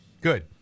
good